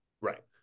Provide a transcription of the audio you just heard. right